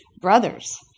brothers